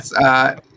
Yes